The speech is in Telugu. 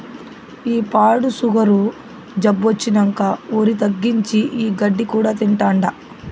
ఈ పాడు సుగరు జబ్బొచ్చినంకా ఒరి తగ్గించి, ఈ గడ్డి కూడా తింటాండా